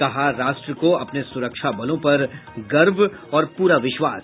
कहा राष्ट्र को अपने सुरक्षा बलों पर गर्व और पूरा विश्वास